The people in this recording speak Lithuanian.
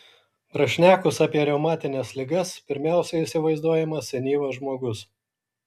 prašnekus apie reumatines ligas pirmiausia įsivaizduojamas senyvas žmogus